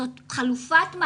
זאת חלופת מעצר.